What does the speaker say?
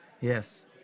Yes